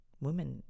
Women